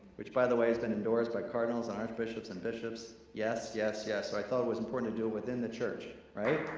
which by the way, has been endorsed by cardinals and archbishops and bishops. yes, yes, yes. so i thought it was important to do it within the church. right?